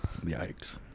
Yikes